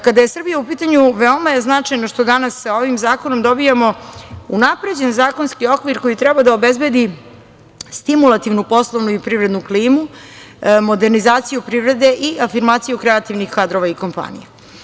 Kada je Srbija u pitanju veoma je značajno što sa ovim zakonom dobijamo unapređen zakonski okvir koji treba da obezbedi stimulativnu, poslovnu i privrednu klimu, modernizaciju privrede i afirmaciju kreativnih kadrova i kompanija.